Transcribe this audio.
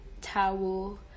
towel